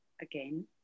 again